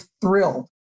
thrilled